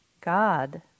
God